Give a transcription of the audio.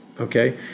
okay